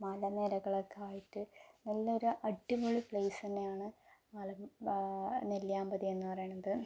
മലനിരകളൊക്കെ ആയിട്ട് നല്ലൊരു അടിപൊളി പ്ലേസ് തന്നെയാണ് ആലം നെല്ലിയാമ്പതി എന്ന് പറയുന്നത്